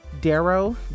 Darrow